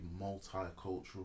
multicultural